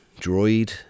Droid